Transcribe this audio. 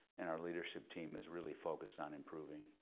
and our leadership team is really focused on improving.